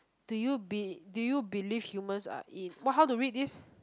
do you be do you believe humans are in~ how to read this